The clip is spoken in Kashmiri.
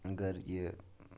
اگر یہِ